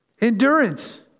Endurance